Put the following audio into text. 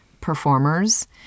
performers